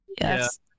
Yes